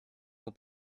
will